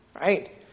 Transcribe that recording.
right